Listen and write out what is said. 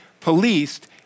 policed